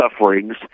sufferings